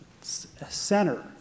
center